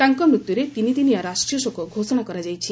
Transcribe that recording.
ତାଙ୍କ ମୃତ୍ୟୁରେ ତିନିଦିନିଆ ରାଷ୍ଟ୍ରୀୟ ଶୋକ ଘୋଷଣା କରାଯାଇଛି